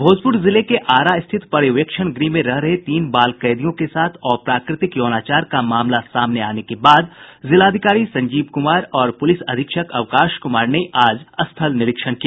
भोजपूर जिले के आरा स्थित पर्यवेक्षण गृह में रह रहे तीन बाल कैदियों के साथ अप्राकृतिक यौनाचार का मामला सामने आने के बाद जिलाधिकारी संजीव कुमार और प्रलिस अधीक्षक अवकाश कुमार ने आज स्थल निरीक्षण किया